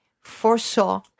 foresaw